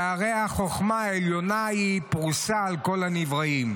שהרי החוכמה העליונה היא פרושה על כל הנבראים"